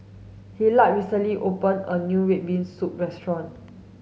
Hillard recently opened a new red bean soup restaurant